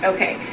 Okay